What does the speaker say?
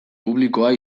publikoa